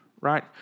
right